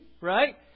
right